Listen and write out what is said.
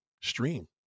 stream